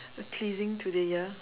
uh pleasing to the ear